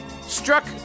struck